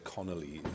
Connolly